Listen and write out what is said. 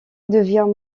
devient